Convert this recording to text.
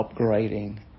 upgrading